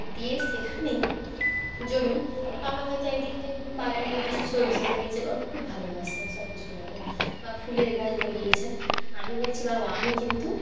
দিয়ে সেখানেই জমি বাবা হয়তো একদিকটাই বাগানে কিছু সবজি লাগিয়েছে বাবা খুব ভালোবাসেন সব কিছু লাগাতে বা ফুলের গাছ লাগিয়েছে আমি বলছি বাবা আমি কিন্তু